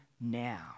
now